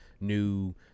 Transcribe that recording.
new